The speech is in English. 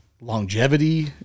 longevity